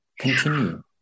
continue